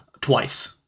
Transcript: twice